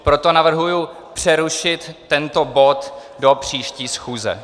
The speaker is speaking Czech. Proto navrhuji přerušit tento bod do příští schůze.